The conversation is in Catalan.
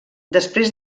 després